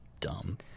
Dumb